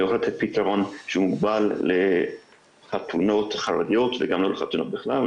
יכול לתת פתרון שמוגבל לחתונות חרדיות וגם לחתונות בכלל.